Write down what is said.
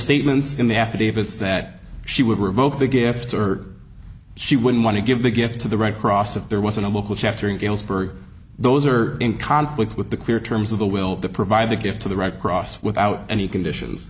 statements in the affidavits that she would revoke began after she wouldn't want to give the gift to the red cross if there wasn't a local chapter in galesburg those are in conflict with the clear terms of the will to provide the gift to the right cross without any conditions